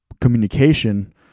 communication